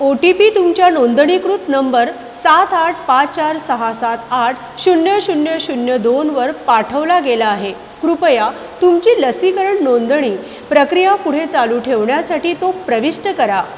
OTP तुमच्या नोंदणीकृत number सात आठ पाच चार सहा सात आठ शून्य शून्य शून्य दोन वर पाठवला गेला आहे कृपया तुमची लसीकरण नोंदणी प्रक्रिया पुढे चालू ठेवण्यासाठी तो प्रविष्ट करा